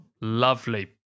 Lovely